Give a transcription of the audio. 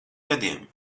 gadiem